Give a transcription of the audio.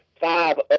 five